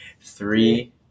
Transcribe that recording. Three